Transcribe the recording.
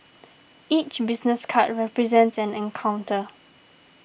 each business card represents an encounter